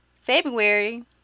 February